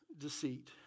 deceit